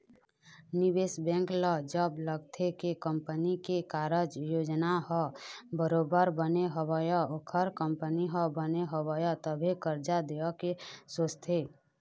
निवेश बेंक ल जब लगथे के कंपनी के कारज योजना ह बरोबर बने हवय ओखर कंपनी ह बने हवय तभे करजा देय के सोचथे